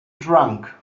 drunk